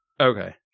Okay